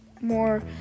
more